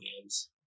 games